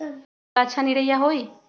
मिर्च ला अच्छा निरैया होई?